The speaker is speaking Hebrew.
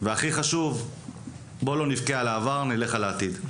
והכי חשוב בואו לא נבכה על העבר, נלך על העתיד.